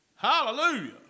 Hallelujah